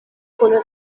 خونه